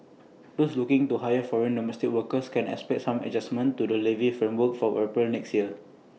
those looking to hire foreign domestic workers can expect some adjustments to the levy framework from April next year